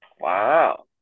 Wow